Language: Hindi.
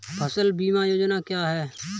फसल बीमा योजना क्या है?